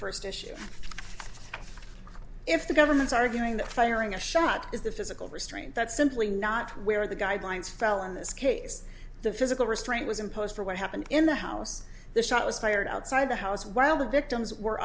first issue if the government's arguing that firing a shot is the physical restraint that's simply not where the guidelines fell in this case the physical restraint was imposed for what happened in the house the shot was fired outside the house while the victims were